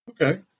Okay